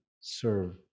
serve